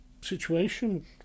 situation